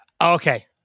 Okay